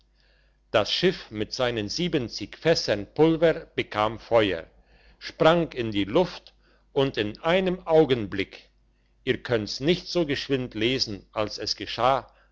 das schiff mit seinen siebenzig fässern pulver bekam feuer sprang in die luft und in einem augenblick ihr könnt's nicht so geschwind lesen als es geschah